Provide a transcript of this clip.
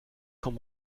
quand